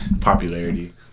Popularity